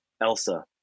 Elsa